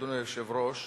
אדוני היושב-ראש,